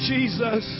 Jesus